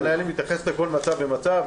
המסמכים מתייחסים לכל מצב ומצב,